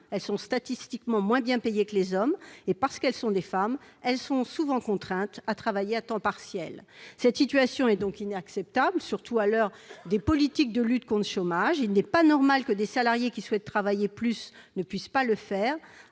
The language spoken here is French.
elles sont statistiquement moins bien payées que les hommes, et parce qu'elles sont des femmes, elles sont souvent contraintes à travailler à temps partiel. Cette situation est inacceptable, surtout à l'heure des politiques de lutte contre le chômage. Il n'est pas normal que des salariés souhaitant travailler plus ne puissent pas le faire,